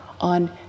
on